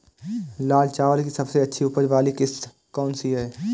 लाल चावल की सबसे अच्छी उपज वाली किश्त कौन सी है?